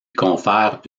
confèrent